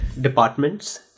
departments